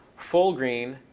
full green,